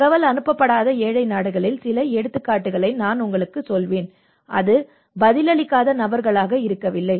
தகவல் அனுப்பப்படாத ஏழை நாடுகளில் சில எடுத்துக்காட்டுகளை நான் உங்களுக்குச் சொல்வேன் அது பதிலளிக்காத நபர்களாக இருக்கவில்லை